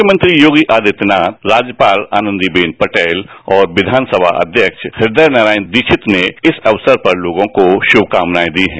मुख्यमंत्री योगी आदित्यनाथ राज्यपाल आनंदीबेन पटेल और विधानसभा अध्यक्ष हृदय नारायण दीक्षित ने इस अवसर पर लोगों को शुमकामनाए दी हैं